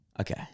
Okay